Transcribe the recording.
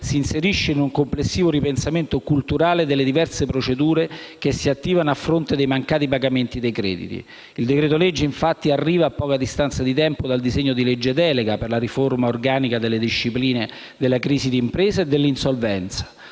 si inserisce in un complessivo ripensamento culturale delle diverse procedure che si attivano a fronte dei mancati pagamenti dei crediti. Il decreto-legge, infatti, arriva a poca distanza di tempo dal disegno di legge delega per la riforma organica delle discipline della crisi di impresa e dell'insolvenza